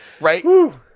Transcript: Right